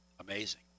amazing